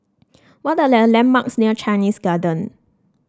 what are the landmarks near Chinese Garden